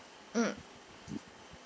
mm